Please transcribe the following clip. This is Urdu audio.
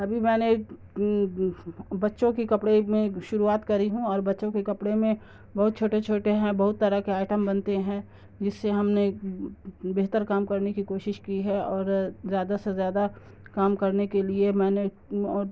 ابھی میں نے بچوں کی کپڑے میں شروعات کری ہوں اور بچوں کے کپڑے میں بہت چھوٹے چھوٹے ہیں بہت طرح کے آئٹم بنتے ہیں جس سے ہم نے بہتر کام کرنے کی کوشش کی ہے اور زیادہ سے زیادہ کام کرنے کے لیے میں نے اور